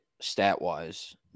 stat-wise